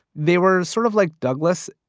they were sort of like douglas,